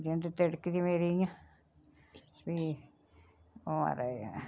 जिंद तिड़कदी मेरी इ'यां फ्ही ओह् महाराज